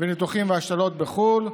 וניתוחים והשתלות בחו"ל.